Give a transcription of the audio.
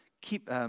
Keep